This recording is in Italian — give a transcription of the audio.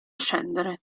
scendere